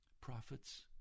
prophets